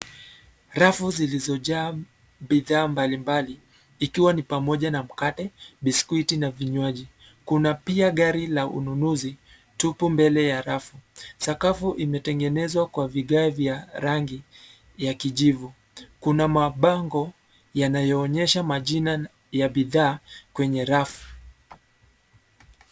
Rafu zilizojaa bidhaa mbalimbali, ikiwa ni pamoja na mkate, biscuit na vinywaji. Kuna pia gari la ununuzi tupu mbele ya rafu. Sakafu imetengenezwa kwa vigae vya rangi ya kijivu. Kuna mabango yanayoonyesha majina ya bidhaa kwenye rafu.